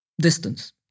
distance